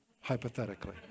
hypothetically